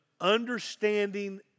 understanding